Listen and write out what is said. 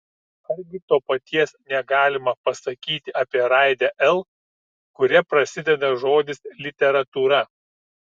argi to paties negalima pasakyti apie raidę l kuria prasideda žodis literatūra